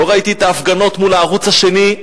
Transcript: לא ראיתי את ההפגנות מול הערוץ השני,